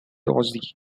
ozzy